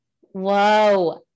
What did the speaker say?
Whoa